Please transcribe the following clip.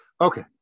Okay